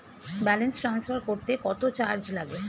Balance transfer করতে কত charge লাগে?